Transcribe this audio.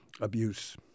abuse